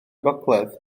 gogledd